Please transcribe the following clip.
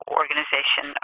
organization